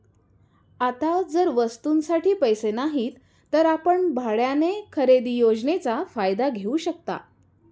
आता जर वस्तूंसाठी पैसे नाहीत तर आपण भाड्याने खरेदी योजनेचा फायदा घेऊ शकता